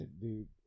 dude